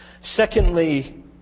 Secondly